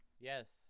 Yes